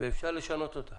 ואפשר לשנות אותה.